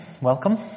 Welcome